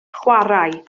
chwarae